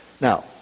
Now